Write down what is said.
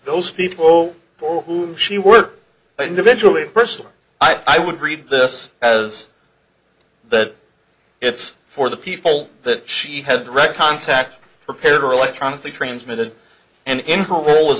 those people for whom she worked individually personally i would read this as that it's for the people that she had direct contact prepared or electronically transmitted and